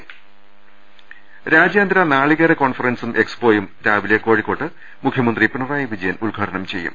ദർവ്വെട്ടറ രാജ്യാന്തര നാളികേര കോൺഫറൻസും എക്സ്പോയും രാവിലെ കോഴിക്കോട്ട് മുഖ്യമന്ത്രി പിണറായി വിജയൻ ഉദ്ഘാടനം ചെയ്യും